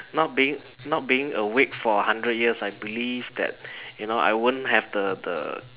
not being not being awake for a hundred years I believe that you know I won't have the the